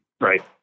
Right